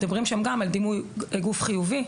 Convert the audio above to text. מדברים שם גם על דימוי גוף חיובי,